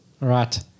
right